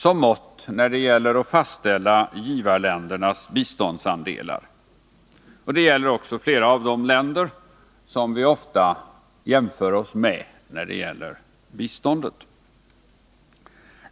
som mått när det gäller att fastställa givarländernas biståndsandelar, och det gäller också flera av de länder som vi ofta jämför oss med när det gäller biståndet.